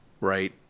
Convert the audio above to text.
right